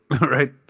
Right